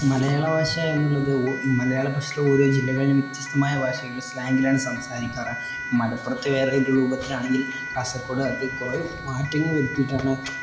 മലയാള ഭാഷ എന്നുള്ളത് മലയാള ഭാഷയിൽ ഓരോ ജില്ലകളിലും വ്യത്യസ്തമായ ഭാഷകൾ സ്ലാങ്ങിലാണ് സംസാരിക്കാറ് മലപ്പുറത്ത് വേറൊരു രൂപത്തിലാണെങ്കിൽ കാസർകോഡ് അത് കുറേ മാറ്റങ്ങൾ വരുത്തിയിട്ടാണ്